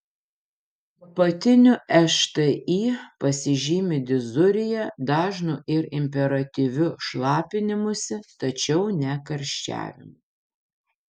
apatinių šti pasižymi dizurija dažnu ir imperatyviu šlapinimusi tačiau ne karščiavimu